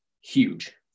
huge